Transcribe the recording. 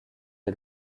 est